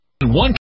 one